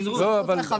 זה חשוב.